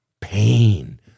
Pain